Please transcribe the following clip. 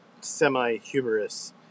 semi-humorous